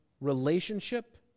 relationship